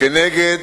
נגד